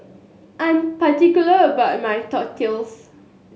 I am particular about my Tortillas